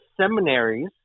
seminaries